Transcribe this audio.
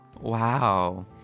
wow